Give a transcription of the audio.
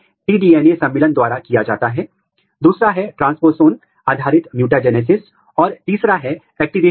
pin protein के स्थानीयकरण localisation की जांच करने के लिए तीनों का एक साथ उपयोग किया गया है